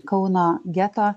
kauno geto